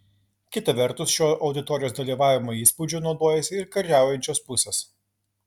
kita vertus šiuo auditorijos dalyvavimo įspūdžiu naudojasi ir kariaujančios pusės